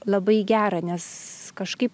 labai gera nes kažkaip